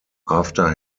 after